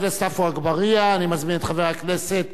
אני מזמין את חבר הכנסת מאיר שטרית.